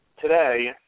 today